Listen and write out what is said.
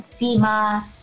FEMA